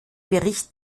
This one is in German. bericht